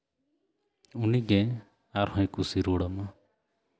ᱩᱱᱤᱜᱮ ᱟᱨᱦᱚᱸᱭ ᱠᱩᱥᱤ ᱨᱩᱣᱟᱹᱲ ᱟᱢᱟ